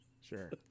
Sure